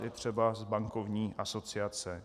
Je třeba bankovní asociace.